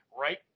right